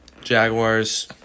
Jaguars